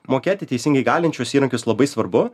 mokėti teisingai galinčius įrankius labai svarbu